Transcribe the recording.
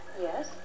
Yes